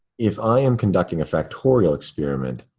if i am conducting a factorial experiment,